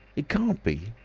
it can't be.